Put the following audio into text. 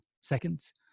seconds